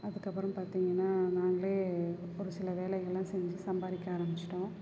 அதுக்கப்புறம் பார்த்திங்கன்னா நாங்களே ஒரு சில வேலைகளெலாம் செஞ்சு சம்பாதிக்க ஆரம்பிச்சிட்டோம்